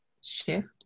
shift